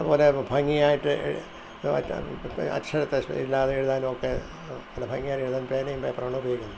ഒരേ ഭംഗിയായിട്ട് എഴ് അക്ഷരത്തെ ഇല്ലാതെ എഴുതാനുമൊക്കെ നല്ല ഭംഗിയായിട്ടെഴുതാൻ പേനയും പേപ്പറുമാണുപയോഗിക്കുന്നത്